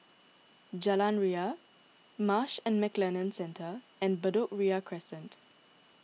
Jalan Ria Marsh and McLennan Centre and Bedok Ria Crescent